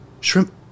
Shrimp